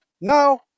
Now